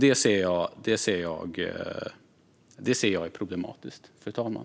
Det ser jag som problematiskt, fru talman.